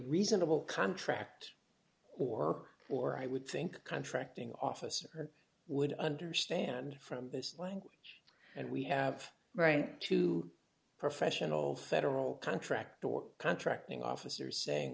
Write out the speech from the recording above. reasonable contract or or i would think contracting officer would understand from this language and we have right to professional federal contract or contracting officers saying